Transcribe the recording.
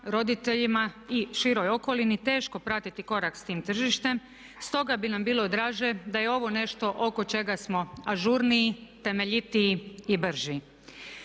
roditeljima i široj okolini teško pratiti korak s tim tržištem. Stoga bi nam bilo draže da je ovo nešto oko čega smo ažurniji, temeljitiji i brži.